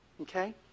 Okay